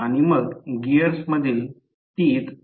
औद्योगिक मोटर्स सर्व उद्योगात आहेत